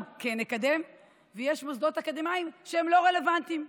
כן נקדם ויש מוסדות אקדמיים שהם לא רלוונטיים.